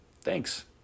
Thanks